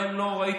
גם אם לא הייתי,